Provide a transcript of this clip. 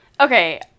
okay